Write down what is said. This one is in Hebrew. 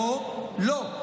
לא, לא.